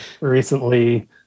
recently